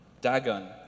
Dagon